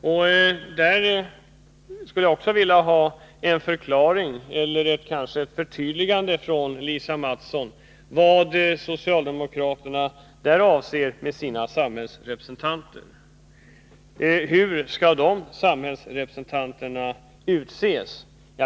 Även där skulle jag vilja ha ett förtydligande från Lisa Mattson om vad socialdemokraterna avser med sina samhällsrepresentanter. Hur skall dessa representanter utses?